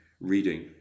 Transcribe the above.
reading